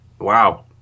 Wow